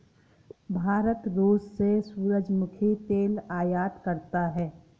भारत रूस से सूरजमुखी तेल आयात करता हैं